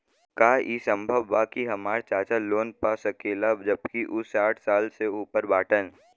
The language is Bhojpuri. का ई संभव बा कि हमार चाचा लोन पा सकेला जबकि उ साठ साल से ऊपर बाटन?